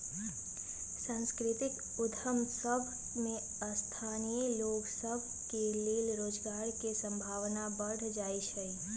सांस्कृतिक उद्यम सभ में स्थानीय लोग सभ के लेल रोजगार के संभावना बढ़ जाइ छइ